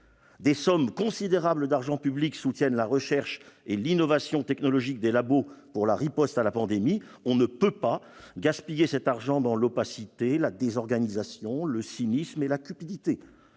Des sommes considérables d'argent public soutiennent la recherche et l'innovation technologique des laboratoires pour la riposte à la pandémie ; on ne peut pas gaspiller cet argent dans l'opacité, la désorganisation, le cynisme et la cupidité.